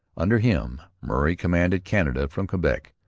under him murray commanded canada from quebec.